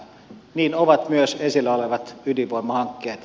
niin ovat myös esillä olevat ydinvoimahankkeet